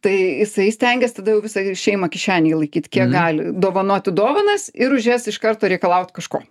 tai jisai stengias tada jau visą šeimą kišenėj laikyt kiek gali dovanoti dovanas ir už jas iš karto reikalaut kažko